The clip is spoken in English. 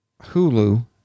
Hulu